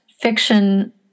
fiction